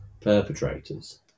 perpetrators